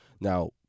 Now